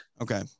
Okay